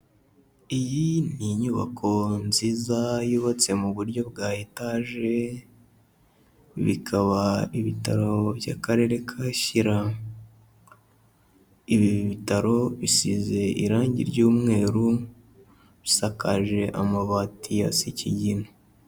Iyi ni inyubako nziza yubatse mu buryo bwa etaje, bikaba ibitaro by'Akarere ka Shyira. Ibi bitaro bisize irangi ry'umweru, bisakaje amabati asa ikigina.